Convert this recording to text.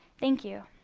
thank you.